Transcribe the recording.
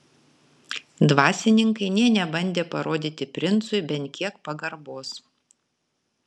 dvasininkai nė nebandė parodyti princui bent kiek pagarbos